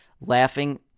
laughing